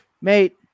mate